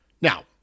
Now